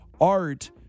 art